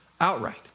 outright